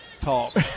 talk